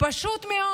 פשוט מאוד,